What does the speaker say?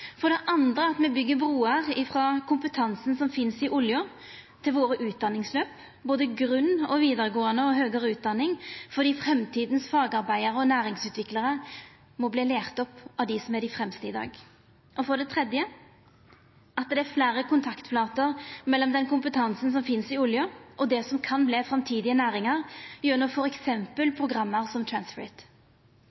for det andre at me byggjer bruer frå kompetansen som finst i olja, til våre utdanningsløp, både grunnutdanning, vidaregåande utdanning og høgare utdanning, fordi framtidas fagarbeidarar og næringsutviklarar må verta lærte opp av dei som er dei fremste i dag, for det tredje at det er fleire kontaktflater mellom den kompetansen som finst i olja, og det som kan verta framtidige næringar, gjennom